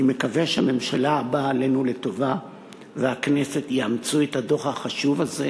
אני מקווה שהממשלה הבאה עלינו לטובה והכנסת יאמצו את הדוח החשוב הזה,